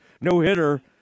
no-hitter